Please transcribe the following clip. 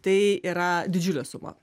tai yra didžiulė suma